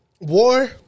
war